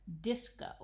disco